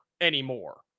anymore